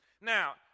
Now